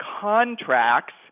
contracts